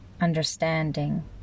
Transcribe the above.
Understanding